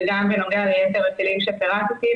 וגם בנוגע ליתר הכלים שפירטי.